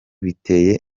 biteye